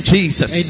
Jesus